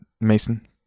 Mason